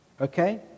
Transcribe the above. Okay